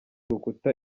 rukuta